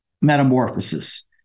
metamorphosis